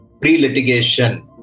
pre-litigation